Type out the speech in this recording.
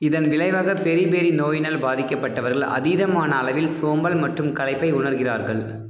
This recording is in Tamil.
இதன் விளைவாக பெரிபெரி நோயினால் பாதிக்கப்பட்டவர்கள் அதீதமான அளவில் சோம்பல் மற்றும் களைப்பை உணர்கிறார்கள்